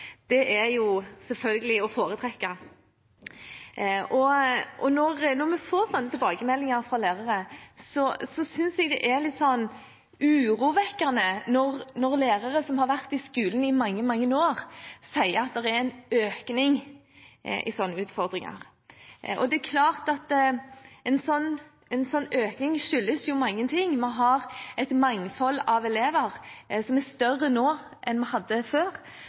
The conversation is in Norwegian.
er selvfølgelig å foretrekke. Jeg synes det er litt urovekkende når lærere som har vært i skolen i mange, mange år, gir tilbakemeldinger om at det er en økning i slike utfordringer. Det er klart at en slik økning skyldes mange ting. Det er et større mangfold av elever nå enn før, vi har elever som har kommet til dette landet med en helt annen bagasje enn det de hadde